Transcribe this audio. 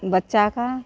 बच्चा का